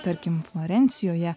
tarkim florencijoje